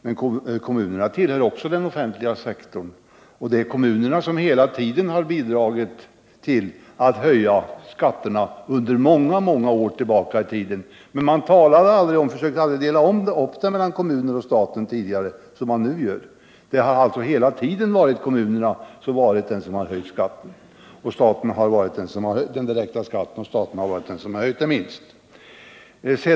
Men även kommunerna tillhör den offentliga sektorn, och det är kommunerna som sedan åtskilliga år tillbaka har bidragit till att höja skatterna. Tidigare försökte man aldrig att dela upp det mellan staten och kommunerna som man nu gör. Det har alltså hela tiden varit kommunerna som höjt den direkta skatten mest, medan staten har höjt den minst.